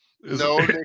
No